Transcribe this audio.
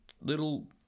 little